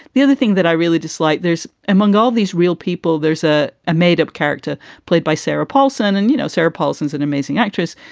the other thing that i really dislike, there's among all these real people, there's a a made up character played by sarah paulson and you know sarah paulsons, an amazing actress.